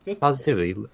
positivity